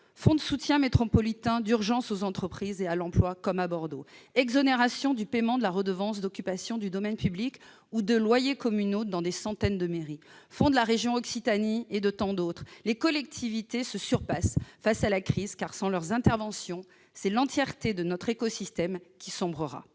Fonds de soutien métropolitain d'urgence aux entreprises et à l'emploi, comme à Bordeaux, exonération du paiement de la redevance d'occupation du domaine public ou de loyers communaux dans des centaines de mairies, fonds de la région Occitanie et de tant d'autres : les collectivités se surpassent face à la crise, car, sans leurs interventions, c'est l'entièreté de notre écosystème qui sombrera.